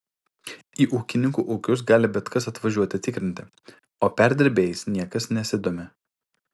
į ūkininkų ūkius gali bet kas atvažiuoti tikrinti o perdirbėjais niekas nesidomi